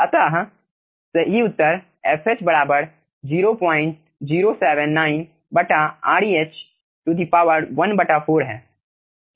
अतः सही उत्तर fh 0079 Reh14 है